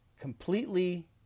Completely